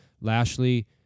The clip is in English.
Lashley